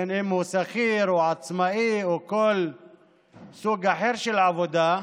בין שהוא שכיר או עצמאי או כל סוג אחר של עבודה,